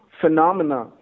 phenomena